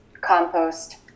compost